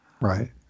Right